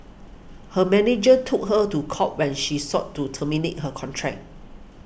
her manager took her to court when she sought to terminate her contract